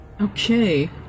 okay